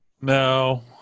No